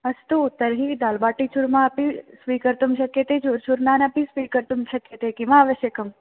अस्तु तर्हि दाल्बाटिचूर्मा अपि स्वीकर्तुं शक्यते चूर्चूर्नान् अपि स्वीकर्तुं शक्यते किम् आवश्यकम्